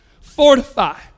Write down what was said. fortify